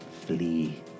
flee